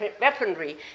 weaponry